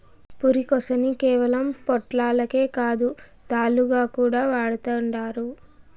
పురికొసని కేవలం పొట్లాలకే కాదు, తాళ్లుగా కూడా వాడతండారు